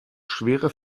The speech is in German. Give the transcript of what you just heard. schwere